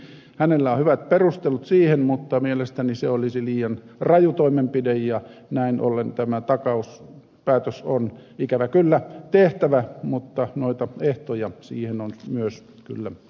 hänellä on hyvät perustelut siihen mutta mielestäni se olisi liian raju toimenpide ja näin ollen tämä takauspäätös on ikävä kyllä tehtävä mutta noita ehtoja siihen on myös kyllä asetettava